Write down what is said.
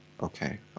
Okay